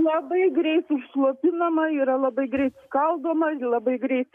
labai greit užslopinama yra labai greit skaldoma labai greitai